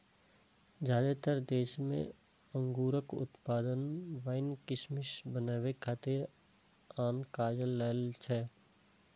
जादेतर देश मे अंगूरक उत्पादन वाइन, किशमिश बनबै खातिर आ आन काज लेल होइ छै